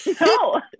No